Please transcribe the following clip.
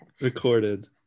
Recorded